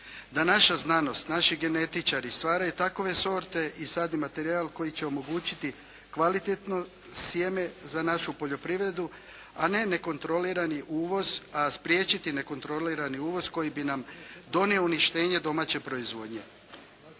da naša znanost, naši genetičari stvaraju takove sorte i sadni materijal koji će omogućiti kvalitetno sjeme za našu poljoprivredu a ne nekontrolirani uvoz, a spriječiti nekontrolirani uvoz koji bi nam donio uništenje domaće proizvodnje.